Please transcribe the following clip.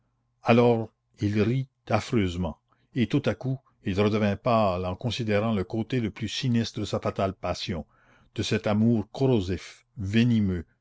alors il rit affreusement et tout à coup il redevint pâle en considérant le côté le plus sinistre de sa fatale passion de cet amour corrosif venimeux